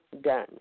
done